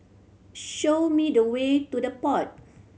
show me the way to The Pod